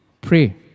pray